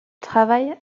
travail